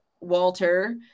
Walter